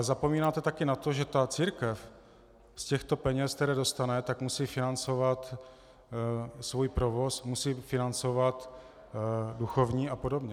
Zapomínáte ale také na to, že církev z těchto peněz, které dostane, musí financovat svůj provoz, musí financovat duchovní apod.